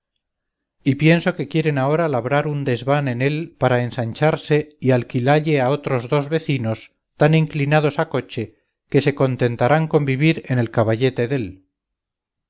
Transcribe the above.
y pienso que quieren ahora labrar un desván en él para ensancharse y alquilalle a otros dos vecinos tan inclinados a coche que se contentarán con vivir en el caballete dél